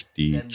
die